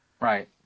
Right